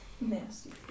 Nasty